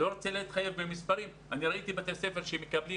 אני לא רוצה להתחייב למספרים אבל ראיתי בתי ספר שמקבלים